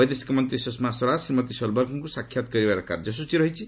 ବୈଦେଶିକ ମନ୍ତ୍ରୀ ସୁଷମା ସ୍ୱରାଜ ଶ୍ରୀମତୀ ସୋଲବର୍ଗଙ୍କୁ ସାକ୍ଷାତ୍ କରିବାର କାର୍ଯ୍ୟସ୍ଚୀ ରହିଛି